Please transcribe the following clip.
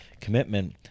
commitment